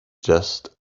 just